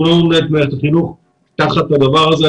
תנו לנו לנהל את מערכת החינוך תחת הדבר הזה.